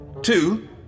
Two